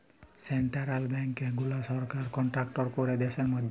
central banks গুলা সরকার control ক্যরে দ্যাশের ম্যধে